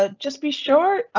ah just be sure.